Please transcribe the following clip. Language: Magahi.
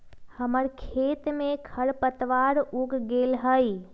हमर खेत में खरपतवार उग गेल हई